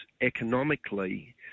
economically